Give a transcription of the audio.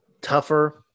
tougher